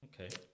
Okay